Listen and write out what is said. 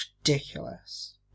Ridiculous